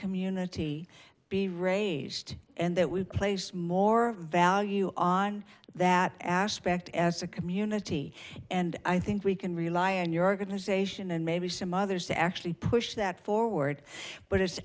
community be raised and that we place more value on that aspect as a community and i think we can rely on your organization and maybe some others to actually push that forward but it's